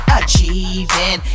achieving